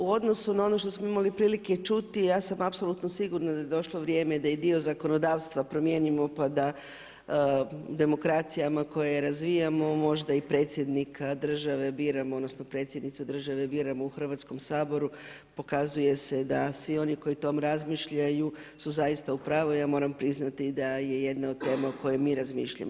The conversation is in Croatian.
U odnosu na ono što smo imali prilike čuti ja sam apsolutno sigurna da je došlo vrijeme da i dio zakonodavstva promijenimo pa da demokracijama koje razvijamo možda i predsjednika države odnosno predsjednicu države biramo u Hrvatskom saboru, pokazuje se da svi oni koji o tome razmišljaju su zaista upravu. ja moram priznati da je jedna od tema o kojoj mi razmišljamo.